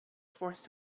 forced